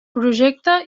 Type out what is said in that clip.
projecte